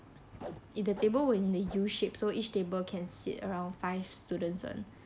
in the table were in a U shape so each table can sit around five students [one]